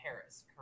Paris